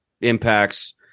impacts